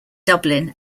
dublin